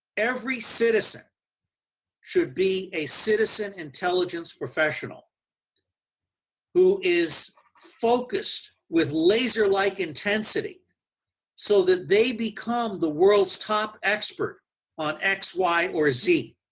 every citizen should be a citizen intelligence professional who is focused with laser like intensity so that they become the world's top expert on x, y or z